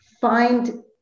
find